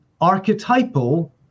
archetypal